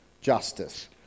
justice